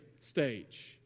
stage